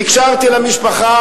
נקשרתי למשפחה,